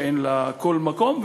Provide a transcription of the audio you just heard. שאין לה כל מקום,